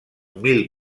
mil